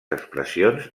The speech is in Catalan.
expressions